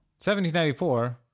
1794